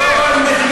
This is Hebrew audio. למה אתה לא מורד?